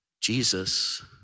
Jesus